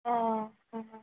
अह अ अ